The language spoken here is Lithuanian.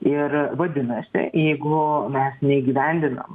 ir vadinasi jeigu mes neįgyvendinam